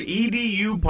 edu